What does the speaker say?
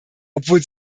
obwohl